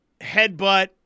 headbutt